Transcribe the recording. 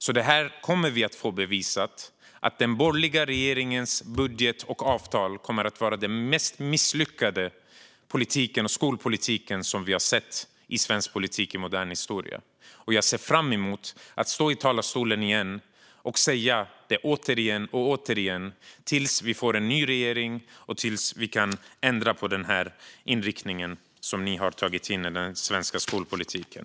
Vi kommer att få bevisat att den borgerliga regeringens budget och avtal kommer att vara den mest misslyckade skolpolitiken som vi har sett i modern svensk politisk historia. Jag ser fram emot att stå i talarstolen igen och säga detta återigen till dess vi får en ny regering och till dess vi kan ändra på den inriktning ni har tagit in i den svenska skolpolitiken.